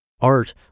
Art